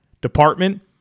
department